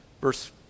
Verse